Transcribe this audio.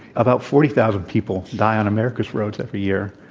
about forty thousand people die on america's roads every year.